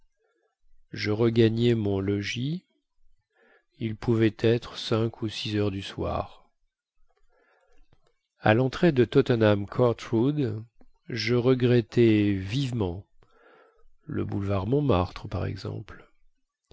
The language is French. je regagnais mon logis il pouvait être cinq ou six heures du soir à lentrée de tottenham court road je regrettai vivement le boulevard montmartre par exemple